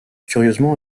curieusement